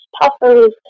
puffers